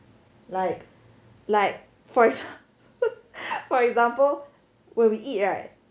like like for for example where we eat right